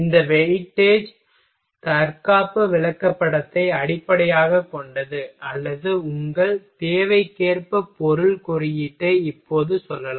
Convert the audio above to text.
இந்த வெயிட்டேஜ் தற்காப்பு விளக்கப்படத்தை அடிப்படையாகக் கொண்டது அல்லது உங்கள் தேவைக்கேற்ப பொருள் குறியீட்டை இப்போது சொல்லலாம்